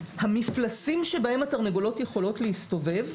המפלסים בהם התרנגולות יכולות להסתובב,